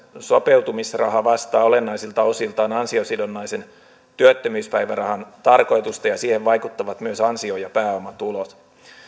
sopeutumisraha vastaa olennaisilta osiltaan ansiosidonnaisen työttömyyspäivärahan tarkoitusta ja siihen vaikuttavat myös ansio ja pääomatulot